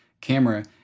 camera